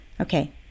okay